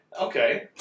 Okay